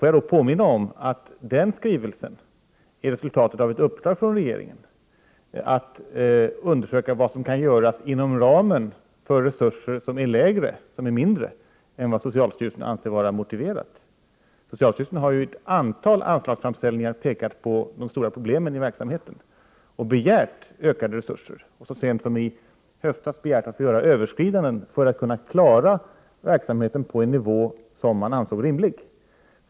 Jag vill påminna om att den skrivelsen är resultatet av ett uppdrag från regeringen att undersöka vad som kan göras inom ramen för resurser som är mindre än vad socialstyrelsen anser vara motiverat. Socialstyrelsen har ju i ett antal anslagsframställningar pekat på de stora problemen i verksamheten och begärt ökade resurser. Så sent som i höstas begärde socialstyrelsen att få göra överskridanden för att kunna klara verksamheten på en nivå som man ansåg rimlig.